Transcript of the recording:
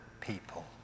people